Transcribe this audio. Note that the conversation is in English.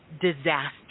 disaster